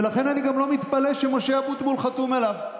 ולכן אני גם לא מתפלא שמשה אבוטבול חתום עליו.